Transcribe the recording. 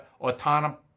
autonomous